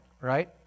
right